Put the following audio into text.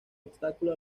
obstáculo